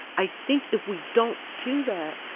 i think if we don't do that,